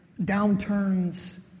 downturns